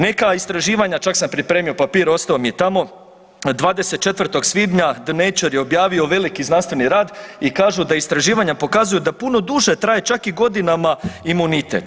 Neka istraživanja, čak sam pripremio papir, ostao mi je tamo, 24. svibnja The Nature je objavio veliki znanstveni rad i kažu da istraživanja pokazuju da puno duže traj, čak i godinama imunitet.